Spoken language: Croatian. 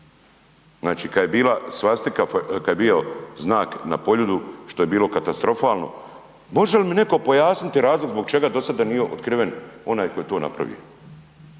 svastika, kad je bio znak na Poljudu što je bilo katastrofalno. Može li mi netko pojasniti razlog zbog čega do sada nije otkriven onaj tko je to napravio?